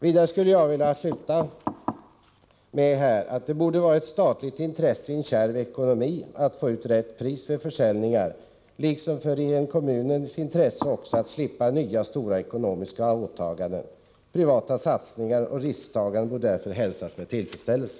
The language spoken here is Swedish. Jag vill sluta mitt inlägg med att det borde vara ett statligt intresse i en kärv ekonomi att få ut rätt pris för försäljningar, liksom det är i kommunens intresse att slippa nya stora ekonomiska åtaganden. Privata satsningar och risktaganden borde därför hälsas med tillfredsställelse.